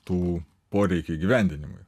tų poreikių įgyvendinimui